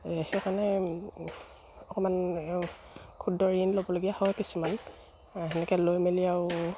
সেইকাৰণে অকমান ক্ষুদ ঋণ ল'বলগীয়া হয় কিছুমান সেনেকে লৈ মেলি আৰু